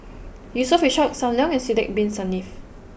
Yusof Ishak Sam Leong and Sidek Bin Saniff